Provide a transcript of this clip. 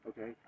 okay